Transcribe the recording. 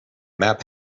map